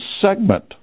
segment